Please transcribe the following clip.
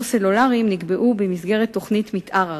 סלולריים נקבעו במסגרת תוכנית מיתאר ארצית,